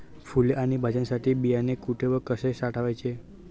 फुले आणि भाज्यांसाठी बियाणे कुठे व कसे साठवायचे?